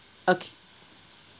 okay